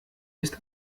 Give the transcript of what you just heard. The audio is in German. ist